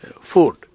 food